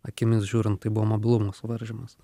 akimis žiūrint tai buvo mobilumo suvaržymas